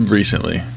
recently